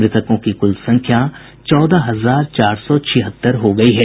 मृतकों की कुल संख्या चौदह हजार चार सौ छिहत्तर हो गई है